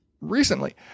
recently